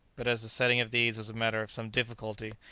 but as the setting of these was a matter of some difficulty,